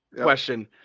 question